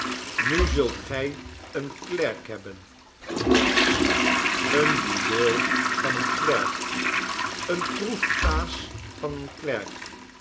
nu zult gij een klerk hebben brass een juweel van een klerk een troefaas van een